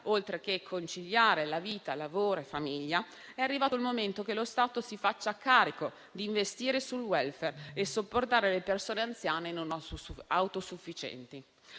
sociale e conciliare vita, lavoro e famiglia, è quindi arrivato il momento per lo Stato di farsi carico di investire sul *welfare* e di supportare le persone anziane non autosufficienti.